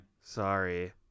Sorry